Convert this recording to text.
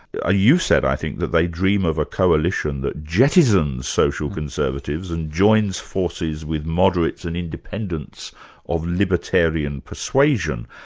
ah you said, i think, that they dream of a coalition that jettisons social conservatives, and joins forces with moderates and independents of libertarian persuasion,